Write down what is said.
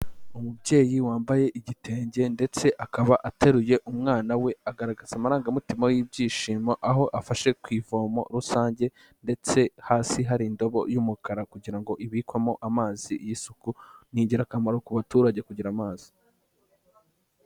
Umubyeyi wambaye igitenge ndetse akaba ateruye umwana we agaragaza amarangamutima y'ibyishimo, aho afashe ku ivomo rusange ndetse hasi hari indobo y'umukara kugirango ibikwamo amazi y'isuku, n'igirakamaro ku baturage kugira amazi.